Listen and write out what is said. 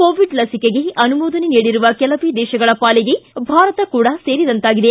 Covid ಲಿಸಿಕೆಗೆ ಅನುಮೋದನೆ ನೀಡಿರುವ ಕೆಲವೇ ದೇಶಗಳ ಸಾಲಿಗೆ ಭಾರತ ಕೂಡ ಸೇರಿದಂತಾಗಿದೆ